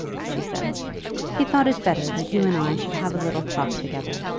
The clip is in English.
she said he thought it better that you and i should have a little talk together.